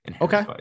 Okay